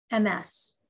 MS